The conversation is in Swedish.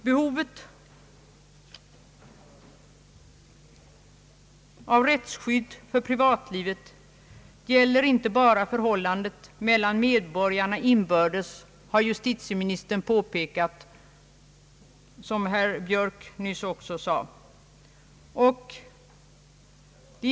Behovet av rättsskydd för privatlivet gäller inte bara förhållandet mellan medborgarna inbördes, har justitieministern sagt, vilket herr Björk nyss också påpekat.